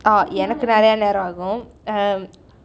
எனக்கு நிறைய நேரம் ஆகும்:enakku niraiya neram aakum um